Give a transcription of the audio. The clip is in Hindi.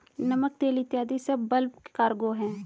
नमक, तेल इत्यादी सब बल्क कार्गो हैं